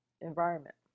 environment